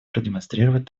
продемонстрировать